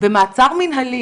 במעצר מנהלי,